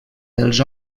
dels